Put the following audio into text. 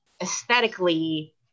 aesthetically